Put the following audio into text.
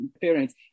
parents